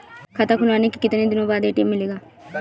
खाता खुलवाने के कितनी दिनो बाद ए.टी.एम मिलेगा?